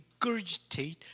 regurgitate